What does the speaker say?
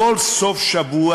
כל סוף שבוע,